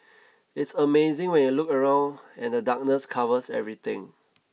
it's amazing when you look around and the darkness covers everything